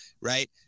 right